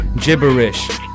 Gibberish